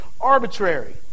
arbitrary